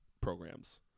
programs